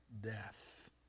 Death